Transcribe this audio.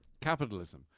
Capitalism